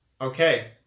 okay